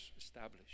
established